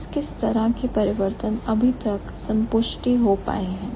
किस तरह के परिवर्तन अभी तक संतुष्टि हैं